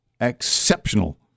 exceptional